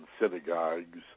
synagogues